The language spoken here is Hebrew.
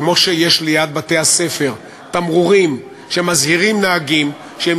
כמו שיש ליד בתי-הספר תמרורים שמזהירים נהגים שהם